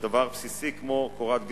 ודבר בסיסי כמו קורת גג,